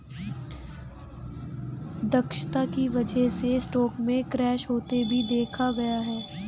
दक्षता की वजह से स्टॉक में क्रैश होते भी देखा गया है